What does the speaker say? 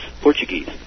Portuguese